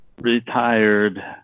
retired